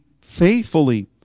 faithfully